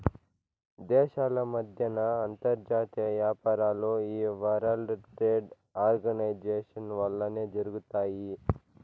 దేశాల మద్దెన అంతర్జాతీయ యాపారాలు ఈ వరల్డ్ ట్రేడ్ ఆర్గనైజేషన్ వల్లనే జరగతాయి